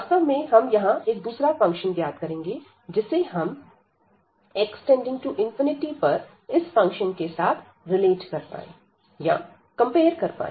वास्तव में हम यहां एक दूसरा फंक्शन ज्ञात करेंगे जिसे हम x→∞पर इस फंक्शन के साथ रिलेट कर पाए या कंपेयर कर पाए